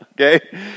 okay